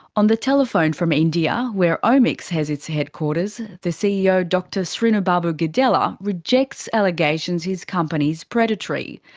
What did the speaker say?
on the telephone from india, where omics has its headquarters, the ceo dr srinubabu gedela, rejects allegations his company is predatory.